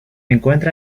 encuentra